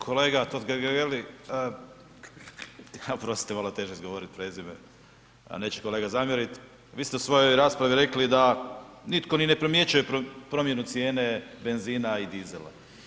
Kolega Totgergeli, oprostite, malo je teže izgovorit prezime ali neće kolega zamjerit, vi ste u svojoj raspravi rekli da nitko ni ne primjećuje promjenu cijene benzina i dizela.